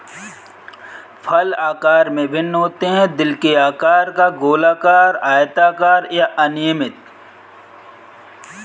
फल आकार में भिन्न होते हैं, दिल के आकार का, गोलाकार, आयताकार या अनियमित